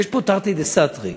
יש פה תרתי דסתרי.